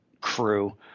crew